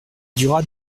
dura